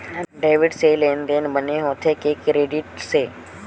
Debit से लेनदेन बने होथे कि क्रेडिट से?